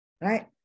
Right